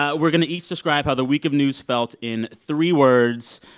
ah we're going to each describe how the week of news felt in three words.